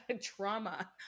trauma